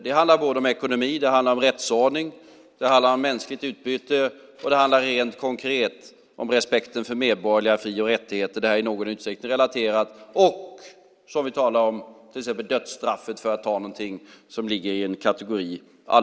Det handlar om både ekonomi, rättsordning, mänskligt utbyte och rent konkret om respekten för medborgerliga fri och rättigheter - och till exempel dödsstraffet, något som ligger i en egen kategori.